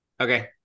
Okay